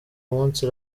umunsi